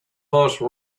horse